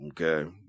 okay